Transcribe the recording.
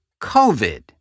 COVID